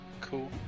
Cool